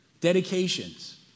Dedications